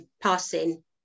passing